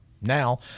Now